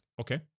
Okay